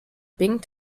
bing